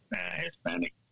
Hispanic